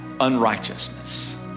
unrighteousness